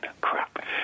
Crap